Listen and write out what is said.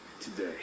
today